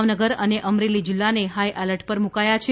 ભાવનગર અને અમરેલી જિલ્લાને high alert પર મુકાયા છે